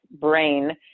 brain